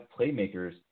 playmakers